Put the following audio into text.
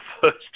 first